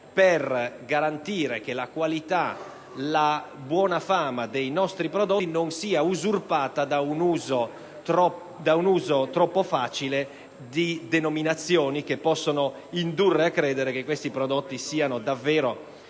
per garantire che la qualità, la buona fama dei nostri prodotti non sia usurpata da un uso troppo facile di denominazioni, che possono indurre a credere che questi prodotti siano davvero espressione